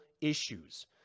issues